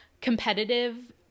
competitive